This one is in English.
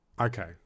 Okay